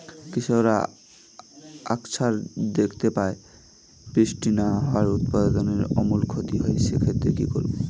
কৃষকরা আকছার দেখতে পায় বৃষ্টি না হওয়ায় উৎপাদনের আমূল ক্ষতি হয়, সে ক্ষেত্রে কি করব?